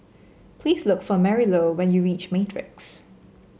please look for Marylou when you reach Matrix